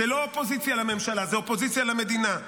זו לא אופוזיציה לממשלה, זו אופוזיציה למדינה.